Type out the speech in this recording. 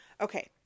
Okay